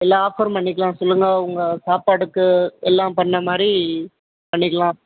எல்லா ஆஃபரும் பண்ணிக்கலாம் சொல்லுங்கள் உங்கள் சாப்பாடுக்கு எல்லாம் பண்ண மாதிரி பண்ணிக்கலாம்